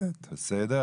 בסדר?